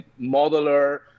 modeler